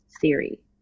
theory